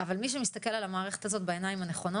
אבל מי שמסתכל על המערכת הזאת בעיניים הנכונות